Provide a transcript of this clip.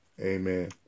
Amen